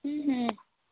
हूँ हूँ